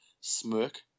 smirk